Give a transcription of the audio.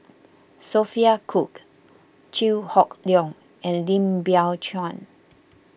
Sophia Cooke Chew Hock Leong and Lim Biow Chuan